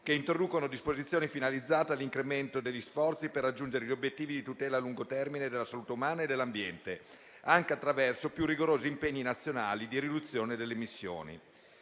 che introducono disposizioni finalizzate all'incremento degli sforzi per raggiungere gli obiettivi di tutela a lungo termine della salute umana e dell'ambiente, anche attraverso più rigorosi impegni nazionali di riduzione delle emissioni.